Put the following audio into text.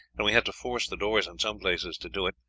and we had to force the doors in some places to do it.